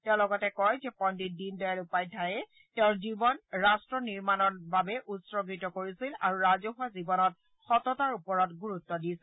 তেওঁ লগতে কয় যে পণ্ডিত দীনদয়াল উপাধ্যায়ে তেওঁৰ জীৱন ৰাট্ট নিৰ্মাণৰ বাবে উৎসৰ্গিত কৰিছিল আৰু ৰাজহুৱা জীৱনত সততাৰ ওপৰত গুৰুত্ দিছিল